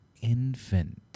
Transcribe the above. infant